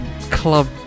club